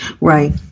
right